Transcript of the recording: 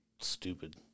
stupid